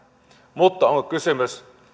mutta onko kysymys